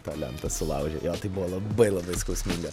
tą lentą sulaužė jo tai buvo labai labai skausminga